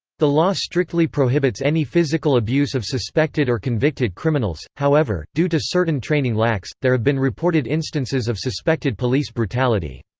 the law strictly prohibits any physical abuse of suspected or convicted criminals, however, due to certain training lacks, there have been reported instances of suspected police brutality.